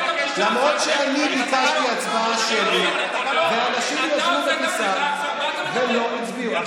למרות שאני ביקשתי הצבעה שמית ואנשים ישבו בכיסאם ולא הצביעו.